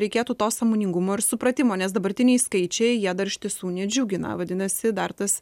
reikėtų to sąmoningumo ir supratimo nes dabartiniai skaičiai jie dar iš tiesų nedžiugina vadinasi dar tas